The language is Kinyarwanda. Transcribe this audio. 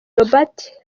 robert